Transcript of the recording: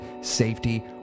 safety